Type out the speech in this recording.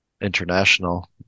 international